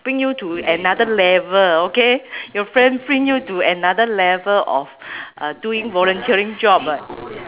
bring you to another level okay your friend bring you to another level of uh doing volunteering job [what]